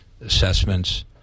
assessments